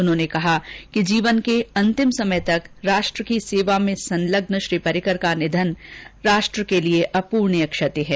उन्होंने कहा कि जीवन के अंतिम समय तक राष्ट्र की सेवा में संलग्न श्री पर्रिकर का निधन राष्ट्र के लिए अपूरणीय क्षति है